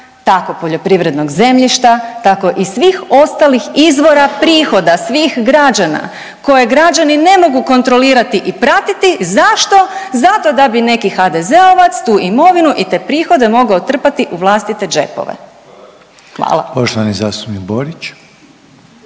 tako poljoprivrednog zemljišta, tako i svih ostalih izvora prihoda svih građana koje građani ne mogu kontrolirati i pratiti. Zašto? Zato da bi neki HDZ-ovac tu imovinu i te prihode mogao trpati u vlastite džepove. Hvala. **Reiner,